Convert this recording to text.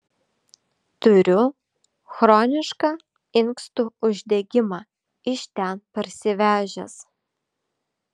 turiu chronišką inkstų uždegimą iš ten parsivežęs